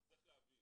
אז צריך להבין